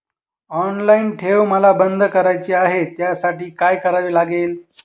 Online ठेव मला बंद करायची आहे, त्यासाठी काय करावे लागेल?